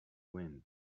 wind